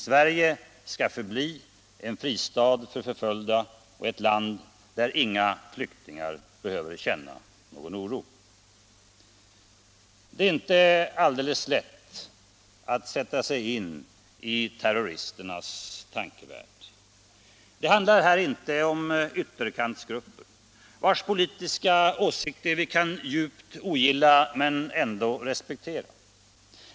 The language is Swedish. Sverige skall förbli en fristad för förföljda och ett land där inga flyktingar behöver känna någon oro. Det är inte alldeles lätt att sätta sig in i terroristernas tankevärld. Det handlar här inte om ytterkantsgrupper vilkas politiska åsikter vi kan djupt ogilla men ändå respektera.